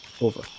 Over